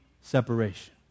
separation